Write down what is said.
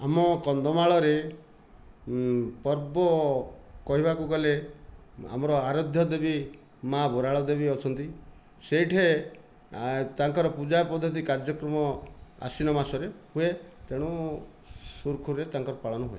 ଆମ କନ୍ଧମାଳରେ ପର୍ବ କହିବାକୁ ଗଲେ ଆମର ଆରାଧ୍ୟା ଦେବୀ ମା' ବରାଳ ଦେବୀ ଅଛନ୍ତି ସେଠି ତାଙ୍କର ପୂଜା ପଦ୍ଧତି କାର୍ଯ୍ୟକ୍ରମ ଆଶ୍ଵିନ ମାସରେ ହୁଏ ତେଣୁ ସୁରୁଖୁରୁରେ ତାଙ୍କର ପାଳନ ହୁଏ